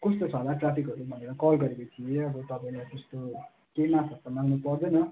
कस्तो छ होला ट्राफिकहरू भनेर कल गरेको थिएँ अब तपाईँले त्यस्तो केही माफहरू त माग्नु पर्दैन